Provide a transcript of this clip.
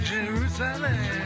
Jerusalem